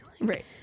right